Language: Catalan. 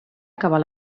acabar